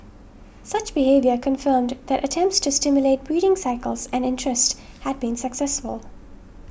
such behaviour confirmed that attempts to stimulate breeding cycles and interest had been successful